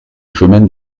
chemin